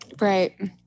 Right